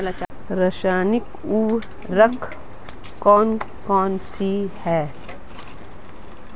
रासायनिक उर्वरक कौन कौनसे हैं?